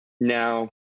now